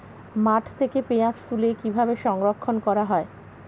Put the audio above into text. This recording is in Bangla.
মাঠ থেকে পেঁয়াজ তুলে কিভাবে সংরক্ষণ করা হয়?